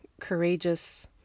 courageous